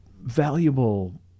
valuable